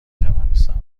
توانستم